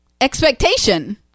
expectation